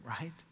right